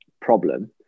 problem